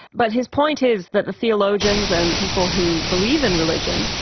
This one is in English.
but his point is that the theologians and people who believe in religion,